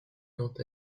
quant